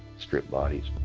stripped bodies.